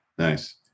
Nice